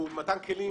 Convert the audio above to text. הוא מתן כלים